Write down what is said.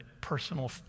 personal